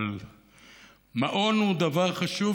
אבל מעון הוא דבר חשוב,